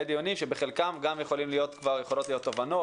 דיונים שבחלקם גם יכולות להתקבל תובנות,